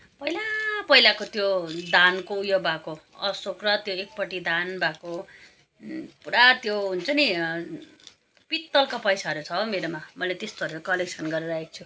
पहिला पहिलाको त्यो धानको उयो भएको अशोक र त्यो एकपट्टि धान भएको पुरा त्यो हुन्छ नि पित्तलको पैसाहरू छ हौ मेरोमा मैले त्यस्तोहरू नि कलेक्सन गरेर राखेको छु